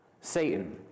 Satan